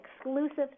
exclusive